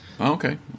okay